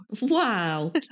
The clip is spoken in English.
Wow